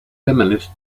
feminist